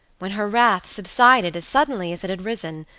when her wrath subsided as suddenly as it had risen,